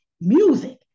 music